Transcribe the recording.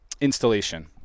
installation